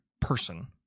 person